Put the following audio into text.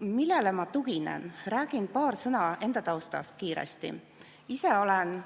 juhul. Millele ma tuginen? Räägin paar sõna enda taustast kiiresti. Ise olen